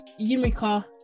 yumika